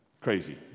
crazy